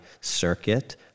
circuit